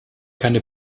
keine